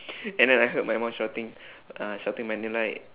and then I heard my mum shouting uh shouting my name like